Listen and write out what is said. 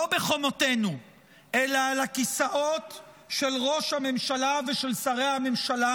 לא בחומותינו אלא על הכיסאות של ראש הממשלה ושל שרי הממשלה,